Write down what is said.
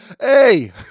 Hey